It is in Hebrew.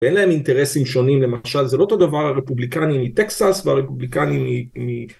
ואין להם אינטרסים שונים למשל זה לא אותו דבר הרפובליקני מטקסס והרפובליקני מ...